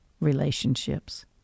relationships